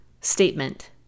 statement